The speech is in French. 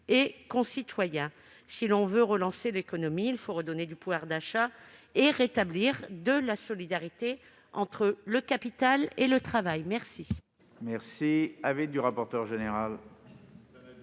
nos concitoyens. Si l'on veut relancer l'économie, il faut redonner du pouvoir d'achat et revenir à une plus grande solidarité entre le capital et le travail !